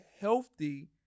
healthy